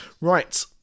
Right